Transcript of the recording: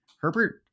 Herbert